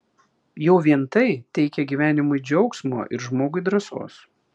jau vien tai teikia gyvenimui džiaugsmo ir žmogui drąsos